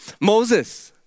Moses